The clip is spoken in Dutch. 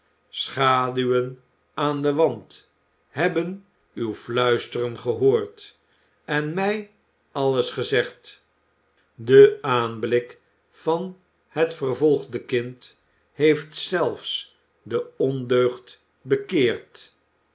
schaduwen aan den wand hebben uw fluisteren gehoord en mij alles gezegd de aanblik van het vervolgde kind heeft zelfs de ondeugd bekeerd